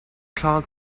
clark